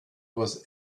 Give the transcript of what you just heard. was